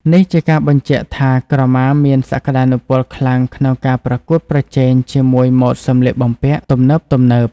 នេះជាការបញ្ជាក់ថា ក្រមាមានសក្តានុពលខ្លាំងក្នុងការប្រកួតប្រជែងជាមួយម៉ូដសម្លៀកបំពាក់ទំនើបៗ។